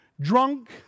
drunk